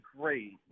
great